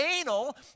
anal